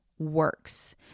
works